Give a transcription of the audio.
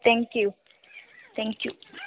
thank you thank you